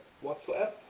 whatsoever